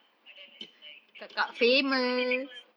but then it's like you know sometimes you you see people